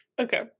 Okay